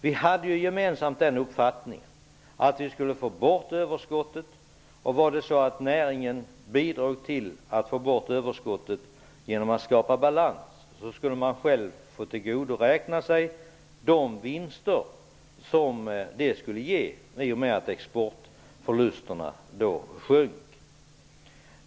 Vi hade gemensamt målsättningen att vi skulle få bort överskottet, och om näringen bidrog till att få bort överskottet genom att skapa balans skulle den få tillgodoräkna sig de vinster som detta skulle ge genom att exportförlusterna då sjönk.